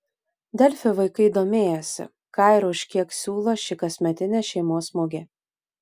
delfi vaikai domėjosi ką ir už kiek siūlo ši kasmetinė šeimos mugė